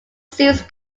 series